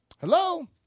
hello